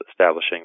establishing